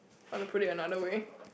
want to put it another way